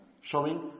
Showing